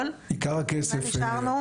עם מה נשארנו?